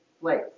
place